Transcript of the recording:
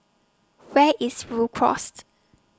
Where IS Rhu Cross